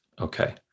Okay